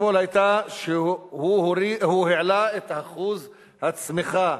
אתמול היתה שהוא העלה את אחוז הצמיחה